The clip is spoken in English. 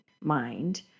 mind